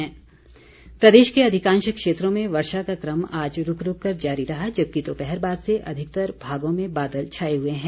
मौसम प्रदेश के अधिकांश क्षेत्रों में वर्षा का क्रम आज रूक रूक कर जारी रहा जबकि दोपहर बाद से अधिकतर भागों में बादल छाए हुए हैं